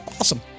Awesome